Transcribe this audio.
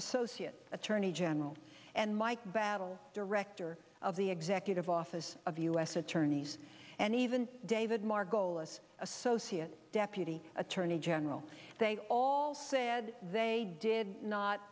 associate attorney general and mike battle director of the executive office of u s attorneys and even david margolis associate deputy attorney general they all said they did not